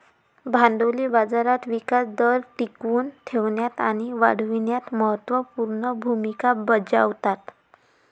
भांडवली बाजार विकास दर टिकवून ठेवण्यात आणि वाढविण्यात महत्त्व पूर्ण भूमिका बजावतात